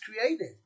created